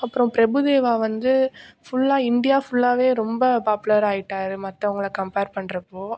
அப்புறம் பிரபுதேவா வந்து ஃபுல்லாக இந்தியா ஃபுல்லாக ரொம்ப பாப்புலராக ஆகிட்டாரு மற்றவங்கள கம்பேர் பண்ணுறப்போ